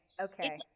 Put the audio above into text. okay